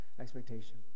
expectation